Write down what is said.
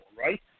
right